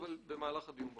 אבל אני אעיר במהלך הדיון בחוק.